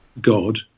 God